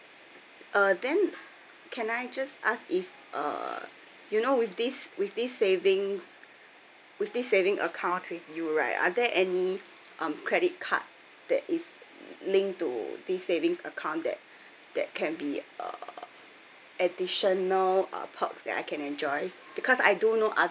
uh then can I just ask if uh you know with this with this savings with this saving account in view right are there any um credit card that is link to this savings account that that can be uh additional uh perks that I can enjoy because I do know other